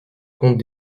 compte